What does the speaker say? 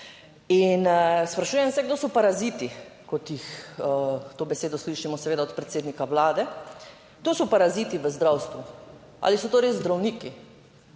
In sprašujem se, kdo so paraziti, kot jih, to besedo slišimo seveda od predsednika Vlade. Kdo so paraziti v zdravstvu? Ali so to res zdravniki?